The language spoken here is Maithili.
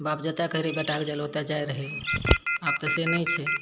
बाप जतऽ कहै रहै बेटाकऽ जाइ लऽ ओतऽ जाइत रहै आब तऽ से नहि छै